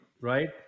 right